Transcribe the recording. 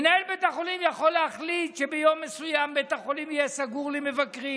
מנהל בית החולים יכול להחליט שביום מסוים בית החולים יהיה סגור למבקרים,